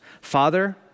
Father